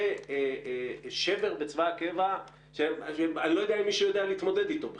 זה שבר בצבא הקבע שאני לא יודע אם מישהו יודע להתמודד איתו בכלל.